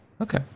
Okay